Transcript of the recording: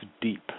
deep